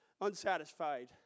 unsatisfied